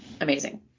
Amazing